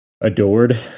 adored